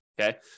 okay